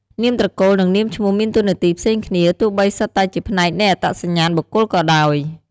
នាមត្រកូល និង នាមឈ្មោះ មានតួនាទីផ្សេងគ្នា ទោះបីសុទ្ធតែជាផ្នែកនៃអត្តសញ្ញាណបុគ្គលក៏ដោយ។